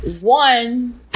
one